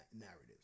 narratives